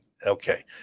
Okay